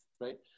right